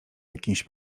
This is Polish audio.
jakiś